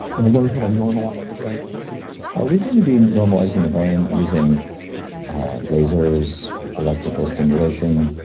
and we'll learn how to normalize the brain are we going to be normalizing the brain using lasers, electrical stimulation,